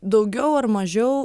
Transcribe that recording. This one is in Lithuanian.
daugiau ar mažiau